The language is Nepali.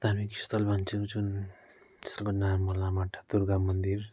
धार्मिक स्थल भन्छु जुन जसको नाम हो लामाहट्टा दुर्गा मन्दिर